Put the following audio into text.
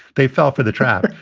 they fell for the trap.